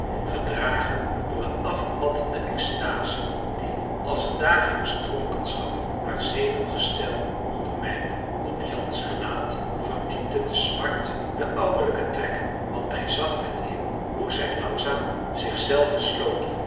gedragen door een afmattende exstase die als een dagelijksche dronkenschap haar zenuwgestel ondermijnde op jan's gelaat verdiepte de smart de ouwelijke trekken want hij zag het in hoe zij langzaam zich zelve sloopte